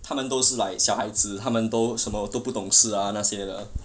他们都是 like 小孩子他们都什么都不懂事 ah 那些的